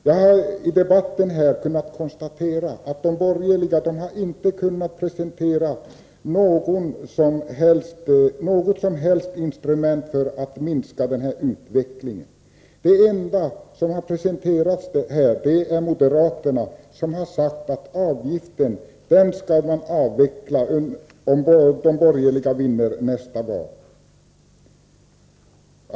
Jag har i den här debatten kunnat konstatera att de borgerliga inte kunnat presentera något som helst instrument för att hejda denna utveckling. Det enda som gjorts är att moderaterna sagt att avgiften skall avvecklas om de borgerliga vinner nästa val.